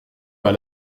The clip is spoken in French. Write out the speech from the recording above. pas